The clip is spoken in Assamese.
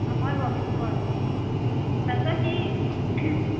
নহয় বাৰু সেইটো হয় তাৰ পিছত সি